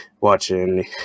watching